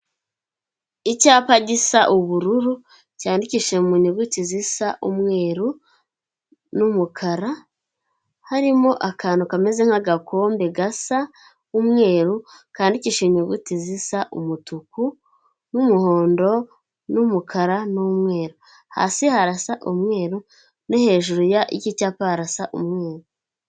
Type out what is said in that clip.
Icyapa gisa ubururu cyandikishije mu nyuguti zisa umweru n'umukara, harimo akantu kameze nk'agakombe gasa umweruru, karikisha inyuguti zisa umutuku n'umuhondo n'umukara n'umweru, hasi harasa umweru, no hejuru y'iki cyapa harasa umweru.